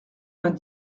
vingt